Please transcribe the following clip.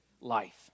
life